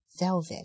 velvet